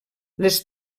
les